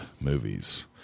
movies